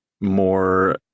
more